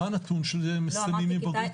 מה הנתון של מסיימים עם בגרות?